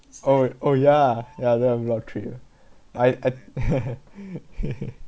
oh oh ya ya there have a lot of trail I I